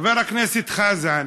חבר הכנסת חזן